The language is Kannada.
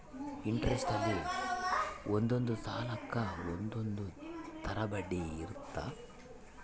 ಇಂಟೆರೆಸ್ಟ ಅಲ್ಲಿ ಒಂದೊಂದ್ ಸಾಲಕ್ಕ ಒಂದೊಂದ್ ತರ ಬಡ್ಡಿ ಇರುತ್ತ